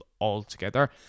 altogether